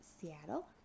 Seattle